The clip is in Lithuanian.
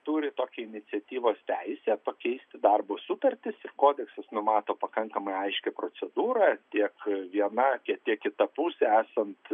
turi tokią iniciatyvos teisę pakeisti darbo sutartis ir kodeksas numato pakankamai aiškią procedūrą tiek viena tiek kita pusė esant